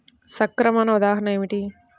సంక్రమణ ఉదాహరణ ఏమిటి?